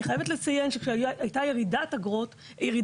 אני חייבת לציין שכאשר הייתה ירידת מדד,